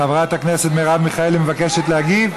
חברת הכנסת מרב מיכאלי מבקשת להגיב?